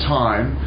time